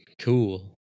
cool